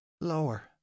Lower